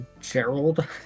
Gerald